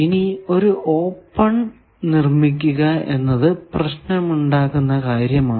ഇനി ഒരു ഓപ്പൺ നിർമിക്കുക എന്നത് പ്രശ്നമുണ്ടാക്കുന്ന കാര്യമാണ്